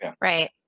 right